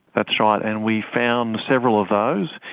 that's right, and we found several of those.